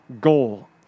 goal